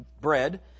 bread